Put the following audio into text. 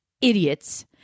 idiots